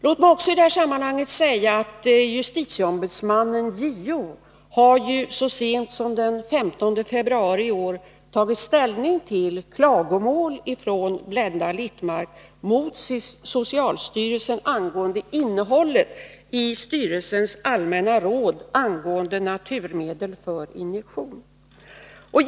Låt mig i detta sammanhang också säga att justitieombudsmannen så sent som den 15 februari i år tagit ställning till klagomål från Blenda Littmarck mot socialstyrelsen angående innehållet i styrelsens allmänna råd angående naturmedel för injektion.